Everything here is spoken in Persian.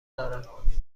دارم